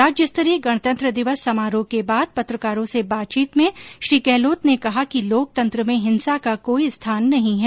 राज्यस्तरीय गणतंत्र दिवस समारोह के बाद पत्रकारों से बातचीत में श्री गहलोत ने कहा कि लोकतंत्र में हिंसा का कोई स्थान नहीं है